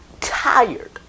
tired